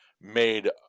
made